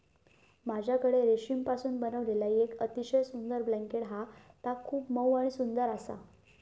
माझ्याकडे रेशीमपासून बनविलेला येक अतिशय सुंदर ब्लँकेट हा ता खूप मऊ आणि सुंदर आसा